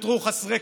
ומגויסים.